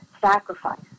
sacrifice